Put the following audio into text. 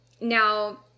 Now –